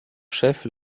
chefs